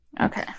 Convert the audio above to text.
okay